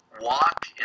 walk